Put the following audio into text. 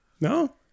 No